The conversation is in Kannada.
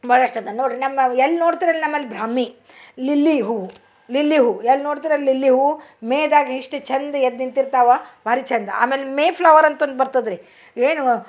ಭಾಳಷ್ಟದ ನೋಡ್ರಿ ನಮ್ಮ ಎಲ್ಲಿ ನೋಡ್ತ್ರಿ ಅಲ್ಲಿ ನಮ್ಮಲ್ಲಿ ಬ್ರಾಹ್ಮೀ ಲಿಲ್ಲಿ ಹೂವು ಲಿಲ್ಲಿ ಹೂವು ಎಲ್ಲಿ ನೋಡ್ತ್ರಿ ಅಲ್ಲಿ ಲಿಲ್ಲಿ ಹೂವು ಮೇದಾಗ ಎಷ್ಟು ಚಂದ ಎದ್ದು ನಿಂತಿರ್ತಾವ ಭಾರಿ ಚಂದ ಆಮ್ಯಾಲೆ ಮೇ ಫ್ಲವರ್ ಅಂತಂದು ಬರ್ತದ್ರಿ ಏನು